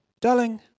darling